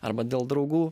arba dėl draugų